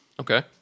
Okay